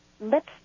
lets